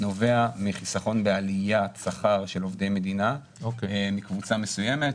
נובע מחיסכון בעליית שכר של עובדי מדינה מקבוצה מסוימת,